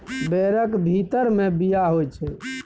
बैरक भीतर मे बीया होइ छै